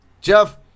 Jeff